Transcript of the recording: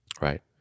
Right